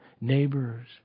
neighbors